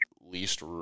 least